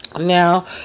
Now